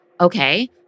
okay